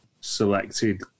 selected